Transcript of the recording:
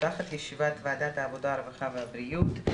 פותחת את ישיבת ועדת העבודה הרווחה והבריאות.